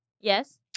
Yes